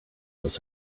was